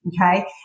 okay